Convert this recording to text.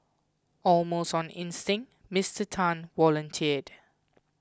almost on instinct Mister Tan volunteered